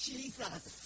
Jesus